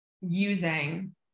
using